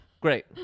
great